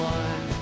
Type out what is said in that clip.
one